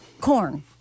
corn